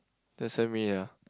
just send me ya